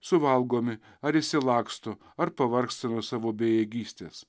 suvalgomi ar išsilaksto ar pavargsta nuo savo bejėgystės